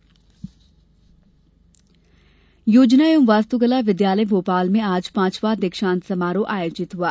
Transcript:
दीक्षांत समारोह योजना एवं वास्तुकला विद्यालय भोपाल में आज पांचवा दीक्षांत समारोह आयोजित हुआ